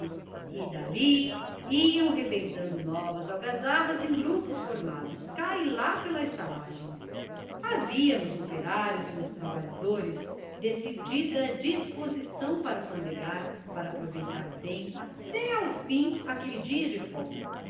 dali iam rebentando novas algazarras em grupos formados cá e lá pela estalagem havia nos operários e nos trabalhadores decidida disposição para pandegar para aproveitar bem até ao fim aquele dia de folga